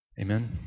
Amen